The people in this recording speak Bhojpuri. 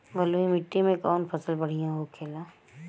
बलुई मिट्टी में कौन फसल बढ़ियां होखे ला?